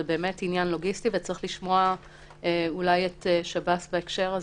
זה באמת עניין לוגיסטי וצריך לשמוע אולי את שב"ס בהקשר הזה.